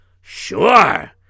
Sure